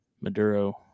Maduro